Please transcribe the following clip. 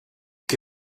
che